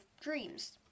dreams